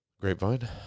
Grapevine